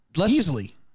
Easily